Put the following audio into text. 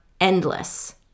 endless